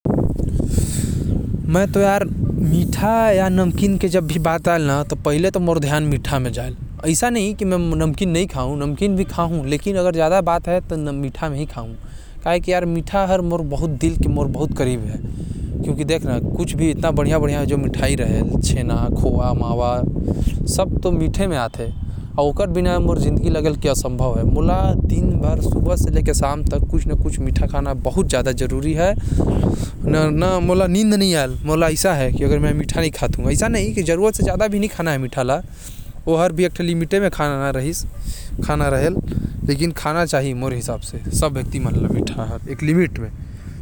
मैं मीठा अउ नमकीन म मीठा खाना पसंद करहुँ काबर की मीठा मोर दिल के बहुते करीब हवे अउ मोके नमकीन से ज्यादा पसंदों हवे।